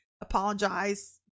apologize